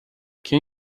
can